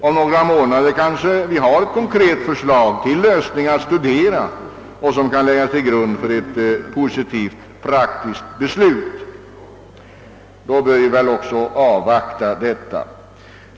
Om några månader kanske vi har ett konkret förslag till lösning att studera, som kan läggas till grund för ett positivt beslut.